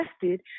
tested